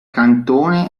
cantone